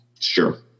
Sure